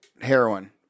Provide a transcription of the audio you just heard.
heroin